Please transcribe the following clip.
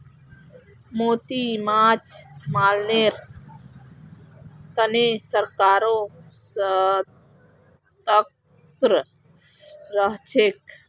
मोती माछ पालनेर तने सरकारो सतर्क रहछेक